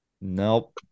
Nope